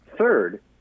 Third